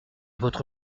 votre